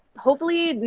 hopefully,